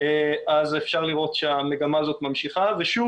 אז אפשר לראות שהמגמה הזאת ממשיכה ושוב